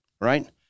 right